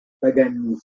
paganisme